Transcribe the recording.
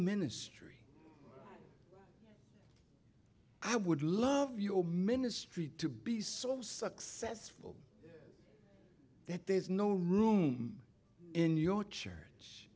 ministry i would love your ministry to be so successful that there's no room in your church